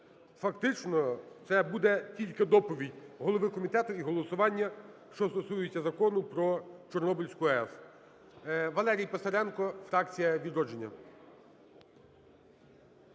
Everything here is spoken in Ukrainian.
Фактично, це буде тільки доповідь голови комітету і голосування що стосується Закону про Чорнобильську АЕС. Валерій Писаренко, фракція "Відродження".